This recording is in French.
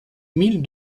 mille